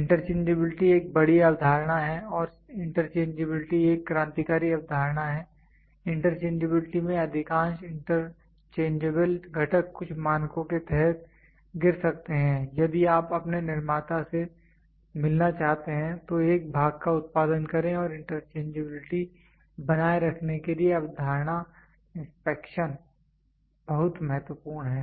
interchangeability एक बड़ी अवधारणा है और इंटरचेंजेबिलिटी एक क्रांतिकारी अवधारणा है इंटरचेंजेबिलिटी में अधिकांश इंटरचेंजेबल घटक कुछ मानकों के तहत गिर सकते हैं यदि आप अपने निर्माता से मिलना चाहते हैं तो एक भाग का उत्पादन करें और इंटरचेंजेबिलिटी बनाए रखने के लिए अवधारणा इंस्पेक्शन बहुत महत्वपूर्ण है